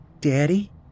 Daddy